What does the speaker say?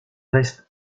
reste